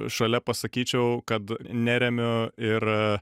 šalia pasakyčiau kad neremiu ir